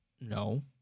No